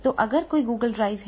तो अगर कोई Google ड्राइव है